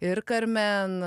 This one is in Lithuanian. ir karmen